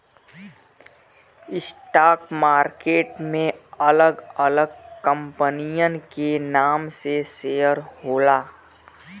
stock market में अलग अलग कंपनियन के नाम से शेयर होला